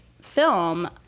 film